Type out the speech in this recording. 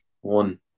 One